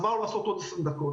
אז בא לו לעשות עוד 20 דקות.